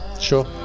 Sure